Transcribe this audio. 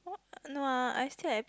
what no ah I still have